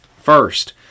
First